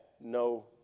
no